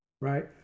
Right